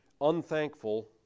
unthankful